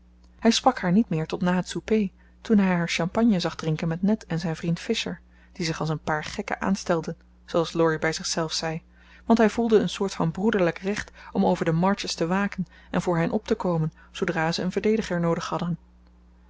hij sprak haar niet meer tot na het souper toen hij haar champagne zag drinken met ned en zijn vriend fisher die zich als een paar gekken aanstelden zooals laurie bij zichzelf zei want hij voelde een soort van broederlijk recht om over de marches te waken en voor hen op te komen zoodra ze een verdediger noodig hadden